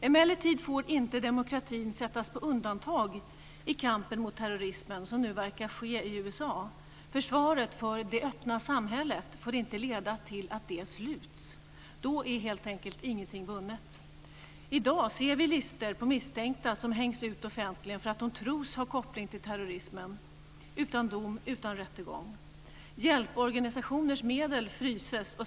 Emellertid får inte demokratin sättas på undantag i kampen mot terrorismen, såsom nu verkar ske i USA. Försvaret för det öppna samhället får inte leda till att detta sluts. Då är helt enkelt ingenting vunnet. I dag ser vi listor på misstänkta som hängs ut offentligen för att de tros ha koppling till terrorismen - utan dom, utan rättegång. Hjälporganisationers medel fryses.